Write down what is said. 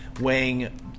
weighing